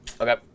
okay